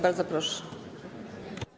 Bardzo proszę.